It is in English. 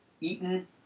Eaton